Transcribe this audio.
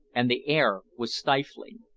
and the air was stifling.